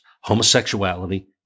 homosexuality